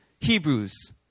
Hebrews